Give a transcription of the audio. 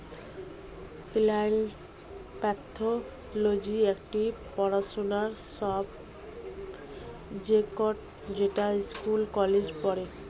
plant pathology একটি পড়াশোনার subject যেটা স্কুল কলেজে পড়ে